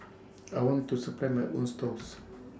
I want to supply my own stalls